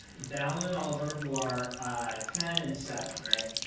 dallin and oliver, who are ten and seven,